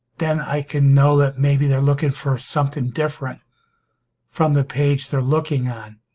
then i can know that maybe they're looking for something different from the page they're looking on